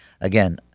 Again